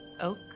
Oak